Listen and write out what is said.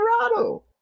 Colorado